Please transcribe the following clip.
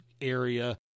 area